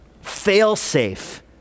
fail-safe